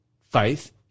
faith